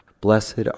Blessed